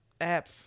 App